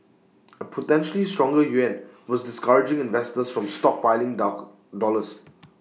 A potentially stronger yuan was discouraging investors from stockpiling dock dollars